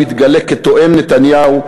מתגלה כתואם נתניהו,